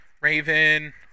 Raven